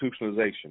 institutionalization